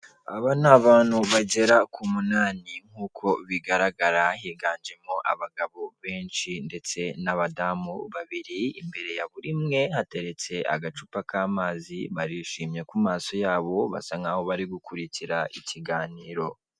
Aba ni abantu bagera ku munani nk'uko bigaragara higanjemo abagabo benshi ndetse n'abadamu babiri, imbere ya buri umwe hateretse agacupa k'amazi barishimye ku maso yabo basa nkaho bari gukurikira ikiganiro.